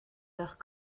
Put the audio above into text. leurs